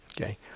Okay